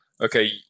Okay